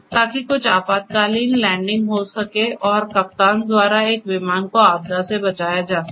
ताकि कुछ आपातकालीन लैंडिंग हो सके और कप्तान द्वारा एक विमान को आपदा से बचाया जा सके